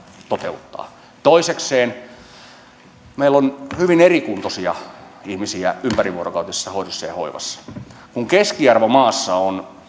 toteuttaa toisekseen meillä on hyvin erikuntoisia ihmisiä ympärivuorokautisessa hoidossa ja hoivassa kun keskiarvo maassa on